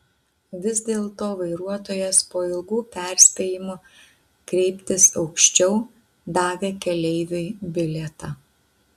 vis dėlto vairuotojas po ilgų perspėjimų kreiptis aukščiau davė keleiviui bilietą